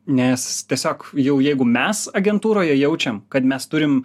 nes tiesiog jau jeigu mes agentūroje jaučiam kad mes turim